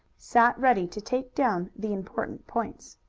sat ready to take down the important points.